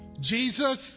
Jesus